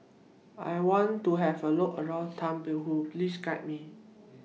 I want to Have A Look around Thimphu Please Guide Me